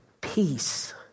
peace